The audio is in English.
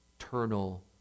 eternal